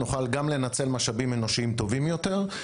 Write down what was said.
נוכל גם לנצל משאבים אנושיים טובים יותר,